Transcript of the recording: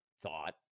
thought